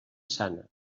sana